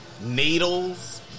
needles